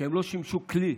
שהן לא שימשו כלי